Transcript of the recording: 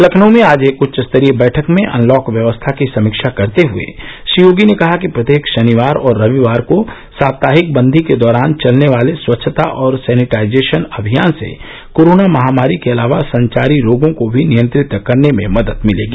लखनऊ में आज एक उच्च स्तरीय बैठक में अनलॉक व्यवस्था की समीक्षा करते हुए श्री योगी ने कहा कि प्रत्येक शनिवार और रविवार को साप्ताहिक बंदी के दौरान चलने वाले स्वच्छता और सैनिटाइजेशन अभियान से कोरोना महामारी के अलावा संचारी रोगों को भी नियंत्रित करने में मदद मिलेगी